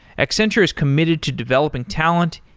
accenture is committed to developing talent,